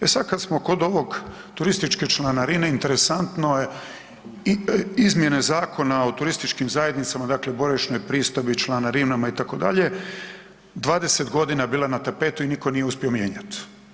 E sad kad smo kod ovog turističke članarine, interesantno je izmjene Zakon o turističkim zajednicama, dakle boravišne pristojbe i članarinama itd., 20 godina je bila na tapetu i nitko nije uspio mjenjati.